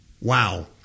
Wow